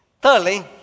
Thirdly